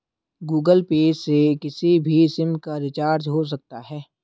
Google Pay से किसी भी सिम का रिचार्ज हो सकता है